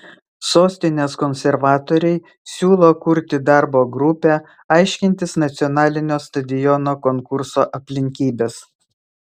sostinės konservatoriai siūlo kurti darbo grupę aiškintis nacionalinio stadiono konkurso aplinkybes